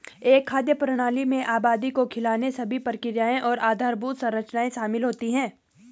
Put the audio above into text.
एक खाद्य प्रणाली में आबादी को खिलाने सभी प्रक्रियाएं और आधारभूत संरचना शामिल होती है